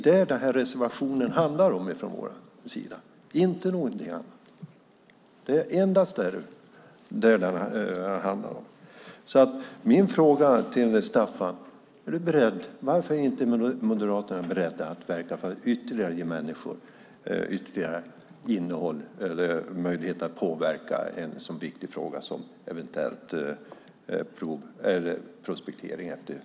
Det är vad reservationen från vår sida handlar om - inte något annat. Varför är inte Moderaterna beredda, Staffan, att verka för att ge människor ytterligare möjligheter att påverka en så viktig fråga som eventuell prospektering efter uran?